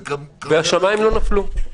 וגם --- השמים לא נפלו,